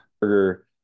burger